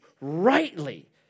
rightly